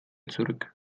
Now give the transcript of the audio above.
zurück